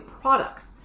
products